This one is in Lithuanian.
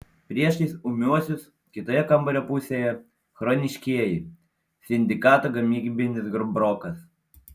priešais ūmiuosius kitoje kambario pusėje chroniškieji sindikato gamybinis brokas